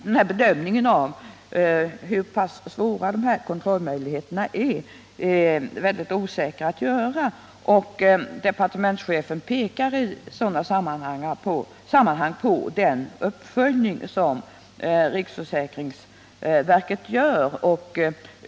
Det är väldigt osäkert att bedöma hur pass dåliga kontrollmöjligheterna är, och departementschefen pekar på den uppföljning som riksförsäkringsverket gör.